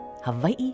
Hawaii